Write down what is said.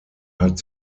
hat